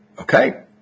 Okay